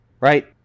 right